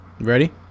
Ready